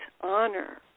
honor